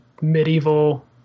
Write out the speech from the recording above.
medieval